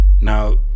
Now